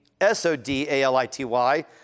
S-O-D-A-L-I-T-Y